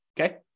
Okay